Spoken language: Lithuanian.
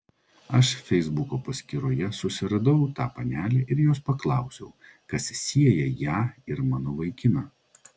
aš feisbuko paskyroje susiradau tą panelę ir jos paklausiau kas sieja ją ir mano vaikiną